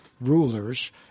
rulers